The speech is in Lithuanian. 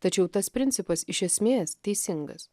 tačiau tas principas iš esmės teisingas